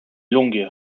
longue